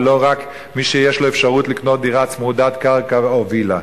ולא רק מי שיש לו אפשרות לקנות דירה צמודת קרקע או וילה.